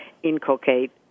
inculcate